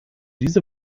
diese